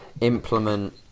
implement